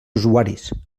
usuaris